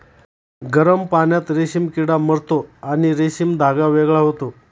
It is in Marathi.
गरम पाण्यात रेशीम किडा मरतो आणि रेशीम धागा वेगळा होतो